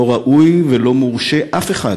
לא ראוי ולא מורשה אף אחד